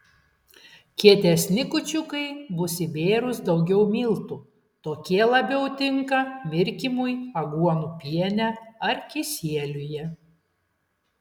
kietesni kūčiukai bus įbėrus daugiau miltų tokie labiau tinka mirkymui aguonų piene ar kisieliuje